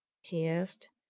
he asked.